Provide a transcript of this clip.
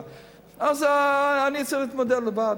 אז אני צריך להתמודד לבד,